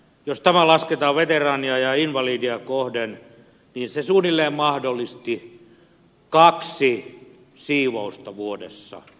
jos tämä lasketaan veteraania ja invalidia kohden niin se suunnilleen mahdollisti kaksi siivousta vuodessa